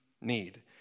need